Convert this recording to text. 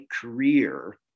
career